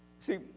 See